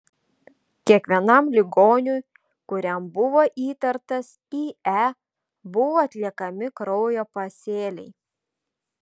kiekvienam ligoniui kuriam buvo įtartas ie buvo atliekami kraujo pasėliai